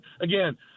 Again